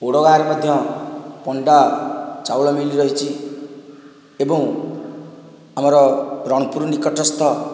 ଓଡଗାଁରେ ମଧ୍ୟ ପଣ୍ଡା ଚାଉଳ ମିଲ୍ ରହିଛି ଏବଂ ଆମର ରଣପୁର ନିକଟସ୍ଥ